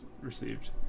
received